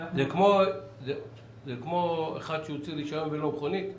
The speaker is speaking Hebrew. זה כמו אחד שהוציא רישיון ולא קונה.